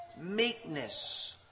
meekness